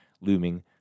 looming